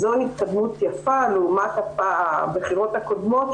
זוהי התקדמות יפה לעומת הבחירות הקודמות,